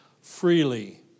freely